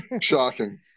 shocking